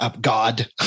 God